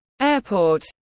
Airport